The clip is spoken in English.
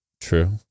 True